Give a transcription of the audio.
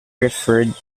referred